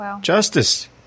Justice